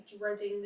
dreading